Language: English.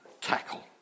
tackle